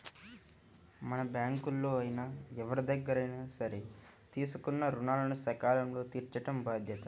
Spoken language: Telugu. మనం బ్యేంకుల్లో అయినా ఎవరిదగ్గరైనా సరే తీసుకున్న రుణాలను సకాలంలో తీర్చటం బాధ్యత